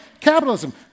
capitalism